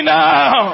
now